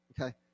Okay